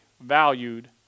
valued